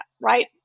right